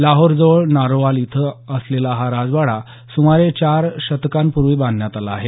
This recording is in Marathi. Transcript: लाहोरजवळ नारोवाल इथं असलेला हा राजवाडा सुमारे चार शतकांपूर्वी बांधण्यात आला आहे